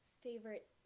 Favorite